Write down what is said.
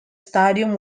stadium